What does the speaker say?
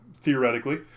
theoretically